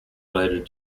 related